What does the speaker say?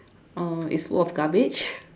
uh it's full of garbage